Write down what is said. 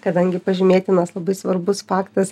kadangi pažymėtinas labai svarbus faktas